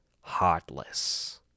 Heartless